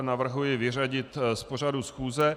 Navrhuji je vyřadit z pořadu schůze.